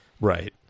right